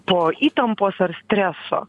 po įtampos ar streso